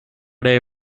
they